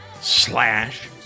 slash